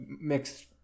mixed